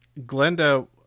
glenda